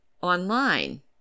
online